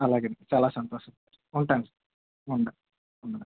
అలాగేనండి చాలా సంతోషం ఉంటాను సార్ వందనాలు వందనాలు